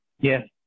Yes